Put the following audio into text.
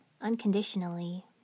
unconditionally